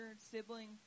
sibling